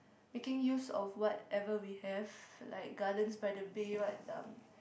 making use of whatever we have like Gardens-by-the-Bay what um